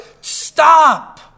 Stop